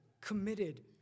committed